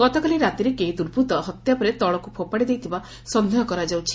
ଗତକାଲି ରାତିରେ କେହି ଦୁର୍ବୂର୍ତ ହତ୍ୟା ପରେ ତଳକୁ ଫୋପାଡି ଦେଇଥିବା ସନ୍ଦେହ କରାଯାଉଛି